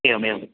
एवमेवम्